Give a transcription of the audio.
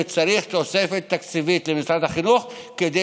וצריך תוספת תקציבית למשרד החינוך כדי